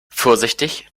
vorsichtig